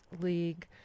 League